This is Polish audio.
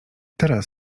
teraz